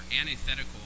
antithetical